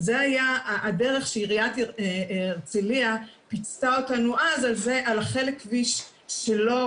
זו הייתה הדרך שעירית הרצליה פיצתה אותנו אז על חלק הכביש שלא